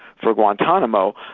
for guantanamo,